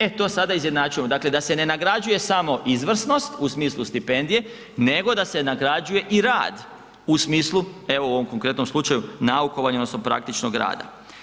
E, to sada izjednačujemo, dakle da se ne nagrađuje samo izvrsnost u smislu stipendije, nego da se nagrađuje i rad u smislu, evo, ovom konkretnom slučaju, naukovanja odnosno praktičnog rada.